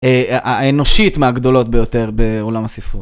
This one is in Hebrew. האנושית מהגדולות ביותר בעולם הספרות.